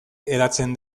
hedatzen